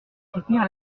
soutenir